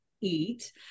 eat